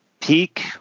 peak